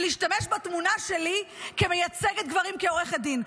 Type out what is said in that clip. ולהשתמש בתמונה שלי כמייצגת גברים כעורכת דין.